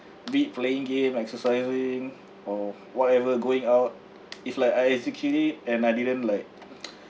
be it playing game exercising or whatever going out if like I execute it and I didn't like